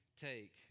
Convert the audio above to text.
take